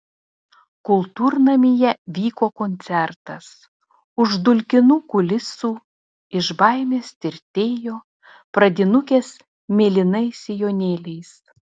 kultūrnamyje vyko koncertas už dulkinų kulisų iš baimės tirtėjo pradinukės mėlynais sijonėliais